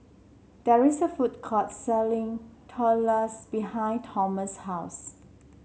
there is a food court selling Tortillas behind Thomas' house